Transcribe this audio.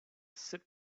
sip